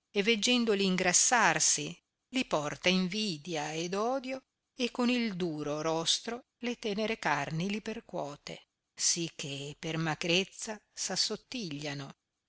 e veggendoli ingrassarsi li porta invidia ed odio e con il duro rostro le tenere carni li percuote sì che per macrezza s'assottigliano